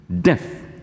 death